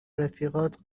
رفیقات